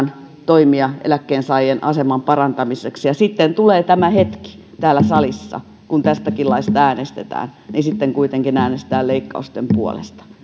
toimia eläkkeensaajien aseman parantamiseksi sitten kun tulee tämä hetki täällä salissa kun tästäkin laista äänestetään niin sitten kuitenkin äänestetään leikkausten puolesta